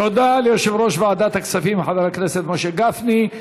תודה ליושב-ראש ועדת הכספים, חבר הכנסת משה גפני.